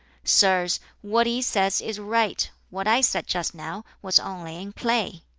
sirs, what he says is right what i said just now was only in play.